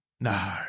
No